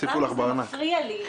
הדבר שמפריע לי,